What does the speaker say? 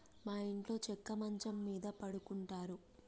మా ఇంట్లో చెక్క మంచం మీద పడుకుంటారు